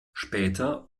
später